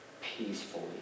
peacefully